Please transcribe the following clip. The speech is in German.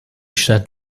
stadt